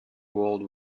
world